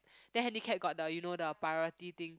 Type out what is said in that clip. then handicap got the you know the priority thing